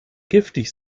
giftig